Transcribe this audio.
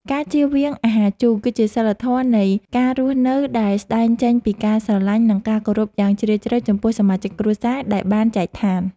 ការជៀសវាងអាហារជូរ គឺជាសីលធម៌នៃការរស់នៅដែលស្តែងចេញពីការស្រឡាញ់ និង ការគោរពយ៉ាងជ្រាលជ្រៅចំពោះសមាជិកគ្រួសារដែលបានចែកឋាន។